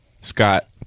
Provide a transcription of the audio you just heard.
Scott